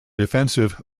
defensive